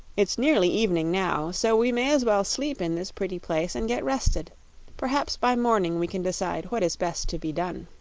it's nearly evening, now so we may as well sleep in this pretty place and get rested perhaps by morning we can decide what is best to be done.